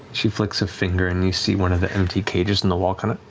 she flicks a finger, and you see one of the empty cages in the wall kind of